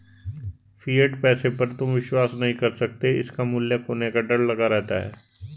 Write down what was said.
fiat पैसे पर तुम विश्वास नहीं कर सकते इसका मूल्य खोने का डर लगा रहता है